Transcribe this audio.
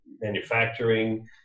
manufacturing